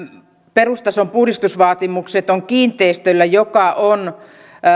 perustason puhdistusvaatimukset on kiinteistöllä joka on